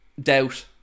doubt